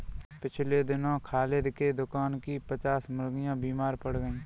पिछले दिनों खालिद के दुकान की पच्चास मुर्गियां बीमार पड़ गईं